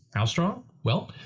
how strong? well,